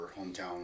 Hometown